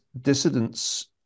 dissidents